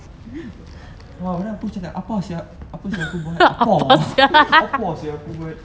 ha aku macam apo sia apa sia aku buat apo apo sia aku buat